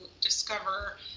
discover